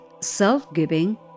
self-giving